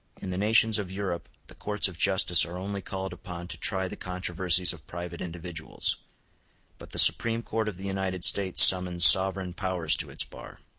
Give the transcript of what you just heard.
in the nations of europe the courts of justice are only called upon to try the controversies of private individuals but the supreme court of the united states summons sovereign powers to its bar.